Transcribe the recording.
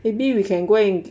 maybe we can go and